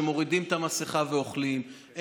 שמורידים את המסכה ואוכלים,